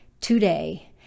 today